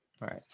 right